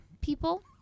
people